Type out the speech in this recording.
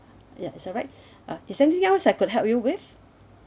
ya it's alright uh is there anything else I could help you with